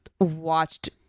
watched